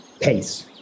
pace